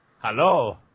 Hello